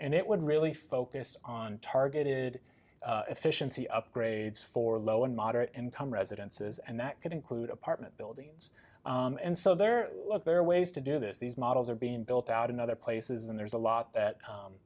and it would really focus on targeted efficiency upgrades for low and moderate income residences and that could include apartment buildings and so there are ways to do this these models are being built out in other places and there's a lot that